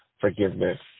forgiveness